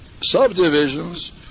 subdivisions